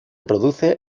produce